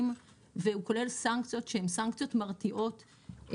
והוא כולל סנקציות שהן סנקציות מרתיעות.